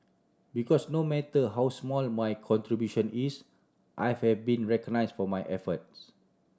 because no matter how small my contribution is I have been recognised for my efforts